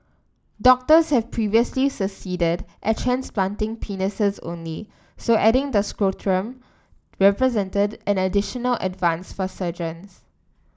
doctors have previously succeeded at transplanting penises only so adding the scrotum represented an additional advance for surgeons